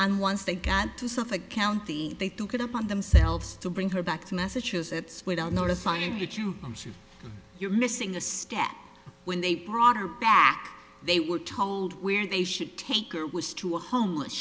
and once they got to suffolk county they took it upon themselves to bring her back to massachusetts without notifying you too i'm sure you're missing a step when they brought her back they were told where they should take her was to a homeless